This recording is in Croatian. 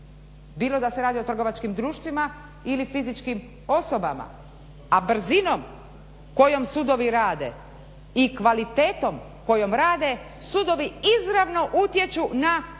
bilo da se radi o trgovačkim društvima ili fizičkim osobama. A brzinom kojom sudovi rade i kvalitetom kojom rade sudovi izravno utječu na ekonomske